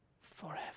forever